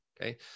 Okay